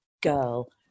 girl